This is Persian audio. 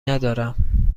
ندارم